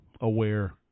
aware